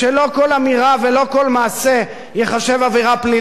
שלא כל אמירה ולא כל מעשה ייחשבו עבירה פלילית.